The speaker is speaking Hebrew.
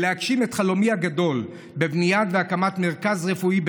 ואגשים את חלומי הגדול בבנייה והקמה של מרכז רפואי,